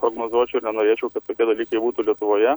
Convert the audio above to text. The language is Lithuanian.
prognozuočiau ir nenorėčiau kad tokie dalykai būtų lietuvoje